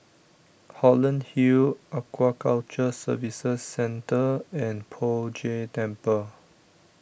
Holland Hill Aquaculture Services Centre and Poh Jay Temple